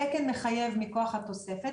התקן מחייב מכוח התוספת.